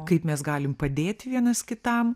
kaip mes galim padėti vienas kitam